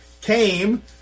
came